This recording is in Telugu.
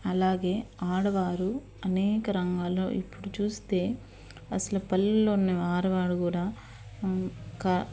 అలాగే ఆడవారు అనేక రంగాల్లో ఇప్పుడు చూస్తే అసలు పల్లెల్లో ఉన్న ఆడవారు కూడా